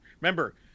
Remember